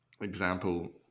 Example